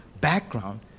background